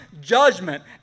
judgment